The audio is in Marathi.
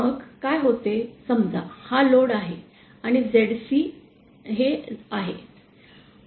मग काय होते समजा हा लोड आहे आणि हे Zc आहे